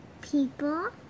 People